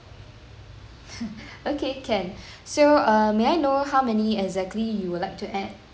okay can so uh may I know how many exactly you will like to add